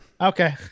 okay